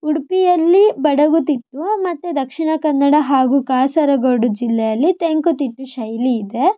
ಉಡುಪಿಯಲ್ಲಿ ಬಡಗುತಿಟ್ಟು ಮತ್ತು ದಕ್ಷಿಣ ಕನ್ನಡ ಹಾಗೂ ಕಾಸರಗೋಡು ಜಿಲ್ಲೆಯಲ್ಲಿ ತೆಂಕುತಿಟ್ಟು ಶೈಲಿ ಇದೆ